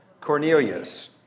Cornelius